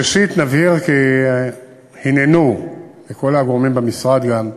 ראשית, נבהיר כי הננו, כל הגורמים במשרד גם,